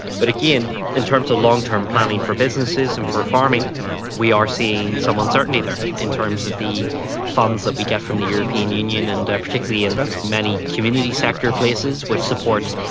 but again in terms of long-term planning for businesses and for farming we are seeing some uncertainty there in terms of the funds that we get from the european union, and particularly in many community sector places which support,